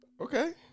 okay